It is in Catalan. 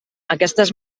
aquestes